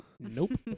Nope